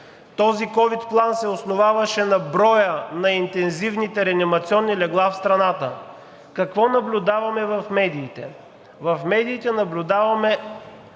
Този ковид план се основаваше на броя на интензивните реанимационни легла в страната. Какво наблюдаваме в медиите? В медиите наблюдаваме